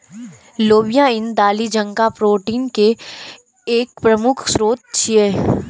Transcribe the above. लोबिया ईन दालि जकां प्रोटीन के एक प्रमुख स्रोत छियै